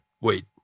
Wait